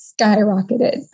skyrocketed